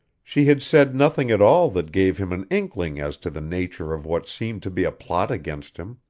she had said nothing at all that gave him an inkling as to the nature of what seemed to be a plot against him.